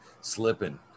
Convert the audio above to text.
slipping